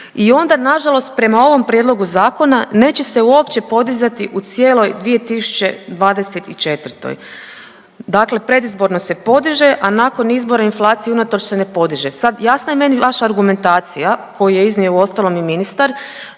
i onda nažalost prema ovom prijedlogu zakona neće se uopće podizati u cijeloj 2024., dakle predizborno se podiže, a nakon izbora inflaciji unatoč se ne podiže. Sad, jasna je meni vaša argumentacija koju je iznio uostalom i ministar